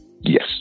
Yes